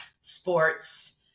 sports